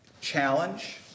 challenge